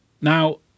Now